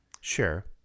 sure